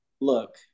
look